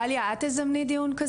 גליה את תזמני דיון,